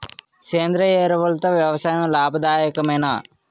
సేంద్రీయ ఎరువులతో వ్యవసాయం లాభదాయకమేనా?